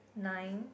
nine